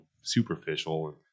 superficial